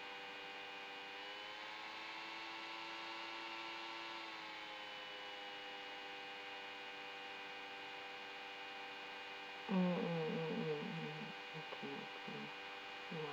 mm mm mm mm mm okay okay ya